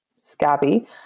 Scabby